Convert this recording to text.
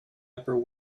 upper